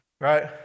right